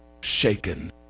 shaken